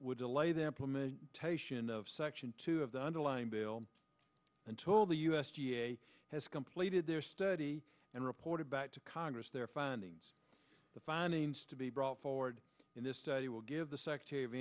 the implementation of section two of the underlying bill until the u s d a has completed their study and reported back to congress their findings the findings to be brought forward in this study will give the secretary of